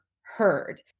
heard